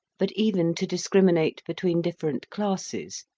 but even to discriminate between different classes,